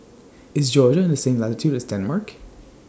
IS Georgia on The same latitude as Denmark